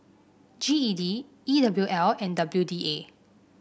G E D E W L and W D A